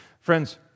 friends